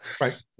Right